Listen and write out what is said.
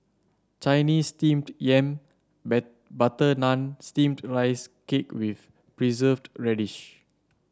Chinese Steamed Yam butter naan and steamed Rice Cake with Preserved Radish